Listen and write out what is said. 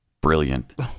Brilliant